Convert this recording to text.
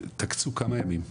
תקצו כמה ימים,